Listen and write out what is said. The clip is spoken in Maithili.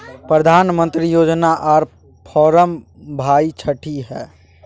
प्रधानमंत्री योजना आर फारम भाई छठी है?